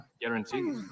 guaranteed